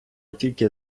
тільки